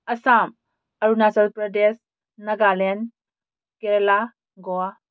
Assam Arunachal Pradesh Nagaland Kerala Goa